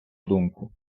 думку